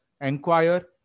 Enquire